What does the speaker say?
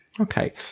Okay